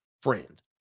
friend